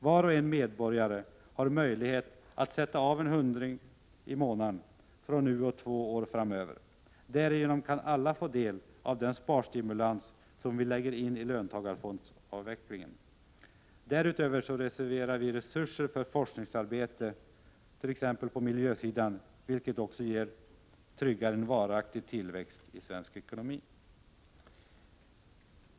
Varje medborgare har möjlighet att sätta av en hundring i månaden från nu och två år framöver. Därigenom kan alla få del av den sparstimulans som vi lägger in i löntagarfondsavvecklingen. Därutöver reserverar vi resurser för forskningsarbete, t.ex. på miljösidan, vilket också tryggar en varaktig tillväxt i svensk ekonomi.